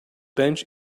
bench